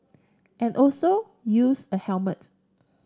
and also use a helmet